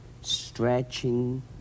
stretching